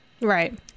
right